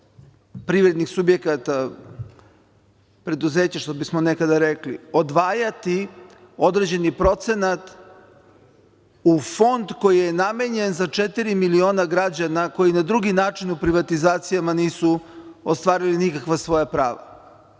privredni subjekata preduzeće, što bi smo nekada rekli, odvajati određeni procenat u fond koji je namenjen za četiri miliona građana koji na drugi način u privatizacijama nisu ostvarili nikakva svoja prava. Dakle,